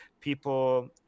People